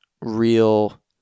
real